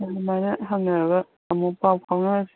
ꯑꯗꯨꯃꯥꯏꯅ ꯍꯪꯅꯔꯒ ꯑꯃꯨꯛ ꯄꯥꯎ ꯐꯥꯎꯅꯔꯁꯤ